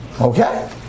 Okay